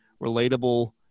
relatable